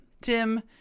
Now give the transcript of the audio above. Tim